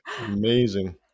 Amazing